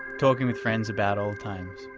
talking with friends about old times.